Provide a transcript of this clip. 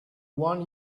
one